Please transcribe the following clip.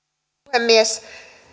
puhemies